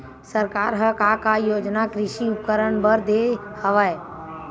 सरकार ह का का योजना कृषि उपकरण बर दे हवय?